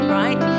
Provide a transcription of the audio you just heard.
right